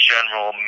General